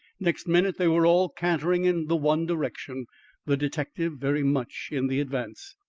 next minute, they were all cantering in the one direction the detective very much in the advance.